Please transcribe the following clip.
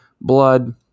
blood